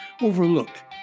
overlooked